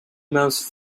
most